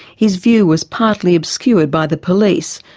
his view was partly obscured by the police.